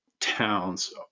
towns